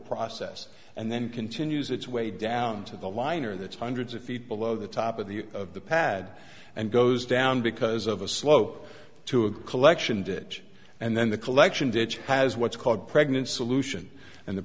process and then continues its way down to the liner that's hundreds of feet below the top of the of the pad and goes down because of a slope to a collection ditch and then the collection ditch has what's called pregnant solution and the